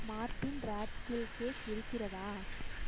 Mortein ராட் கில் cake இருக்கிறதா